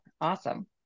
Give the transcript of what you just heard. awesome